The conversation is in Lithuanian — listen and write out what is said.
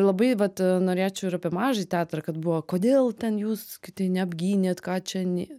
labai vat norėčiau ir apie mažąjį teatrą kad buvo kodėl ten jūs kiti neapgynėt ką čia ne